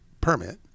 permit